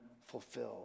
fulfilled